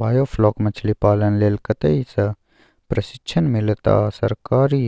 biofloc मछलीपालन लेल कतय स प्रशिक्षण मिलत आ सरकारी